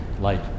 light